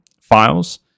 files